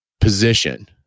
position